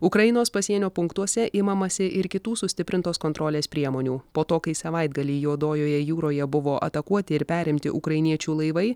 ukrainos pasienio punktuose imamasi ir kitų sustiprintos kontrolės priemonių po to kai savaitgalį juodojoje jūroje buvo atakuoti ir perimti ukrainiečių laivai